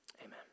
amen